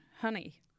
honey